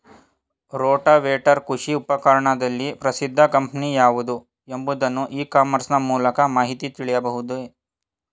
Rotavator ಕೃಷಿ ಉಪಕರಣದಲ್ಲಿ ಪ್ರಸಿದ್ದ ಕಂಪನಿ ಯಾವುದು ಎಂಬುದನ್ನು ಇ ಕಾಮರ್ಸ್ ನ ಮೂಲಕ ಮಾಹಿತಿ ತಿಳಿಯಬಹುದೇ?